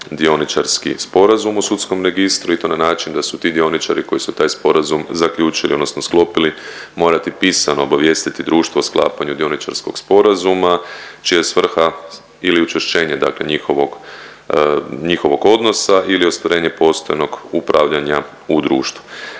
dioničarski sporazum u Sudskom registru i to na način da su ti dioničari koji su taj sporazum zaključili odnosno sklopili morati pisano obavijestiti društvo o sklapanju dioničarskog sporazuma, čija je svrha ili učvršćenje njihovog odnosa ili ostvarenje postojanog upravljanja u društvu.